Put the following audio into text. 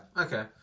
okay